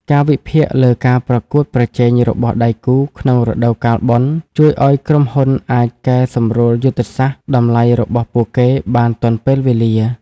ការវិភាគលើការប្រកួតប្រជែងរបស់ដៃគូក្នុងរដូវកាលបុណ្យ ជួយឱ្យក្រុមហ៊ុនអាចកែសម្រួលយុទ្ធសាស្ត្រតម្លៃរបស់ពួកគេបានទាន់ពេលវេលា។